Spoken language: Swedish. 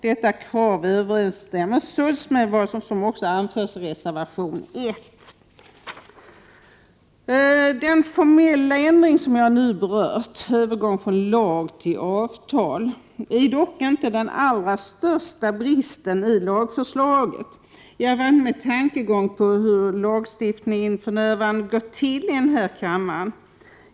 Detta krav överensstämmer således med vad som också anförs i reservation 1. Den formella ändring som görs — övergång från lag till avtal — är inte egentligen den största bristen, i varje fall inte jämfört med hur lagstiftningsarbetet går till i den här kammaren.